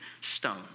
stone